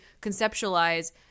conceptualize